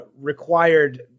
required